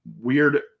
weird